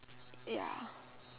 ya